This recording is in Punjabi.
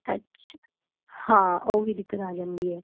ਅੱਛਾ ਹਾਂ ਉਹ ਵੀ ਦਿੱਕਤ ਆ ਜਾਂਦੀ ਹੈ